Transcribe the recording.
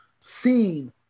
seen